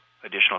additional